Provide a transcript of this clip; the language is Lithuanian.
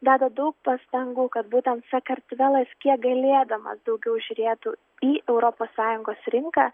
deda daug pastangų kad būtent sakartvelas kiek galėdamas daugiau žiūrėtų į europos sąjungos rinką